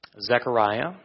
Zechariah